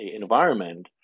environment